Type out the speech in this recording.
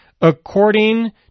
according